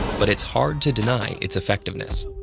but it's hard to deny its effectiveness.